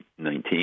2019